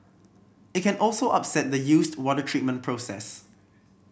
it can also upset the used water treatment process